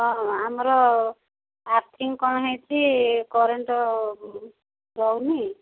ହଁ ଆମର ଆର୍ଥିଂ କ'ଣ ହେଇଛି କରେଣ୍ଟ ରହୁନି